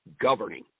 governing